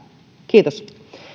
kiitos